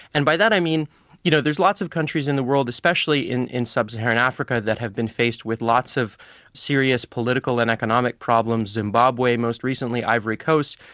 and by that i mean you know there's lots of countries in the world, especially in in sub-saharan africa that have been faced with lots of serious political and economic problems zimbabwe, most recently, ivory coast.